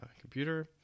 computer